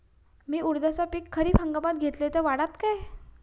मी उडीदाचा पीक खरीप हंगामात घेतलय तर वाढात काय?